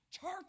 Church